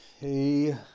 hey